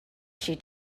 she